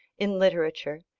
in literature,